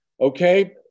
Okay